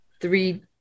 three